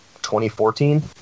2014